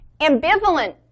Ambivalent